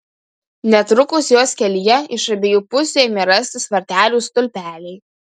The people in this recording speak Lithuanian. netrukus jos kelyje iš abiejų pusių ėmė rastis vartelių stulpeliai